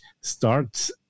starts